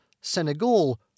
Senegal